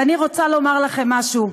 ואני רוצה לומר לכם משהו: